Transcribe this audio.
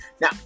Now